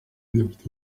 idafite